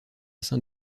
saint